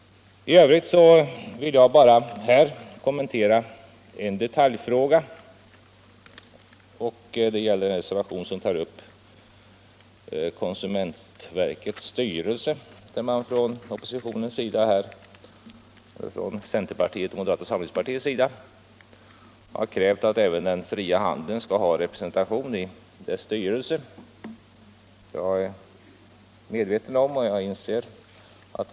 I övrigt vill jag bara här kommentera en detaljfråga, nämligen reservationen beträffande konsumentverkets styrelse, där centerpartiet och moderata samlingspartiet har krävt att även den fria handeln skall ha representation i verkets styrelse.